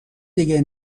دیگه